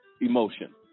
emotion